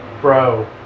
bro